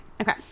Okay